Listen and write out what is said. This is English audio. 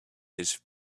his